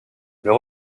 leur